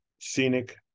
scenic